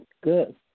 Good